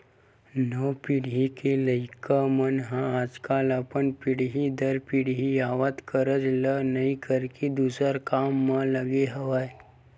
नवा पीढ़ी के लइका मन ह आजकल अपन पीढ़ी दर पीढ़ी आवत कारज ल नइ करके दूसर काम म लगे हवय